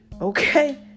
Okay